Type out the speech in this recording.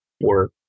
work